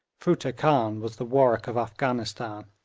futteh khan was the warwick of afghanistan,